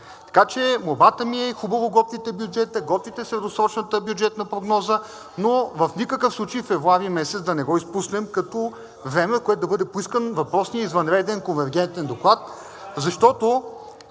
Така че молбата ми е, хубаво готвите бюджета, готвите средносрочната бюджетна прогноза, но в никакъв случай месец февруари да не го изпуснем като време, в което да бъде поискан въпросният извънреден конвергентен доклад. Защото